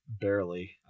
barely